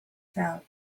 fell